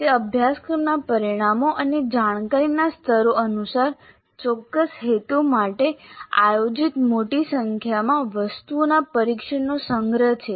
તે અભ્યાસક્રમના પરિણામો અને જાણકારીના સ્તરો અનુસાર ચોક્કસ હેતુ માટે આયોજિત મોટી સંખ્યામાં વસ્તુઓના પરીક્ષણનો સંગ્રહ છે